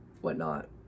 whatnot